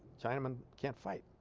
chinamen can't fight